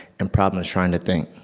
and problems trying to think.